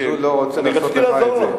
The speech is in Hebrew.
אז הוא לא רוצה לעשות לך את זה.